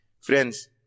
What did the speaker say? Friends